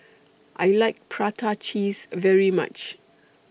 I like Prata Cheese very much